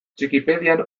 txikipedian